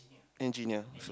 engineer